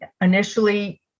Initially